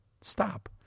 stop